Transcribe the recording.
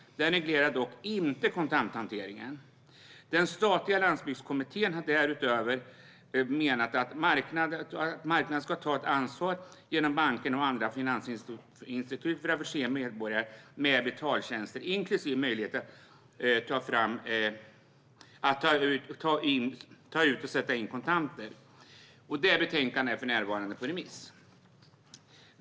Den reglerar dock inte kontanthantering. Den statliga Landsbygdskommittén har därutöver menat att det är marknadens ansvar genom banker och andra finansinstitut att förse medborgare med betaltjänster inklusive möjligheten att ta ut och sätta in kontanter. Betänkandet är för närvarande på remiss.